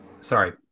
sorry